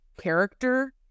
character